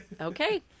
okay